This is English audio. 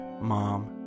mom